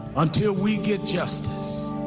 until we get justice.